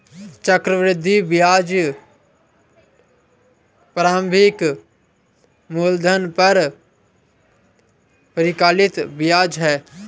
चक्रवृद्धि ब्याज प्रारंभिक मूलधन पर परिकलित ब्याज है